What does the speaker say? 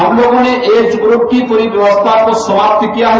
हम लोगों ने एज ग्रुप की पूरी व्यवस्था को समाप्त किया है